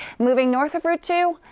moving north of route two,